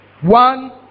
One